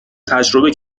تجربه